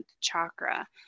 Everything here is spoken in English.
chakra